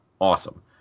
awesome